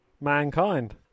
Mankind